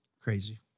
crazy